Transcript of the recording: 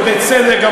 ובצדק,